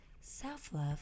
Self-love